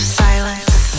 silence